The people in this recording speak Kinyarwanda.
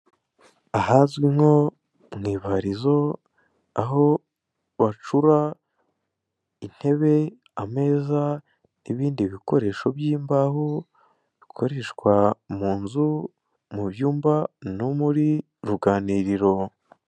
Ahazwi nko mu ibarizo aho bacura intebe, ameza n'ibindi bikoresho by'imbaho bikoreshwa mu nzu, mu byumba no muri ruganiriro.